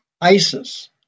Isis